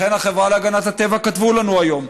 לכן החברה להגנת הטבע כתבו לנו היום.